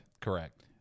Correct